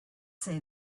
say